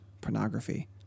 pornography